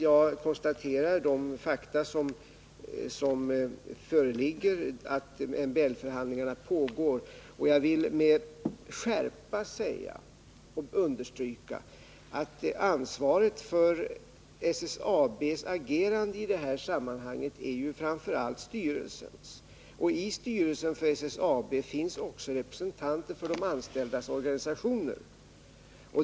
Jag konstaterar de fakta som föreligger — att MBL-förhandlingar pågår. Jag vill med skärpa understryka att ansvaret för SSAB:s agerande i detta sammanhang framför allt är styrelsens. Och i styrelsen för SSAB ingår också representanter för de anställdas organisationer.